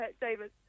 David